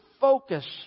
focus